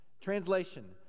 Translation